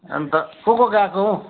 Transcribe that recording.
अन्त को को गएको हौ